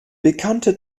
bekannte